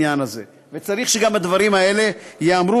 וצריך שגם הדברים האלה ייאמרו,